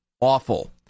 awful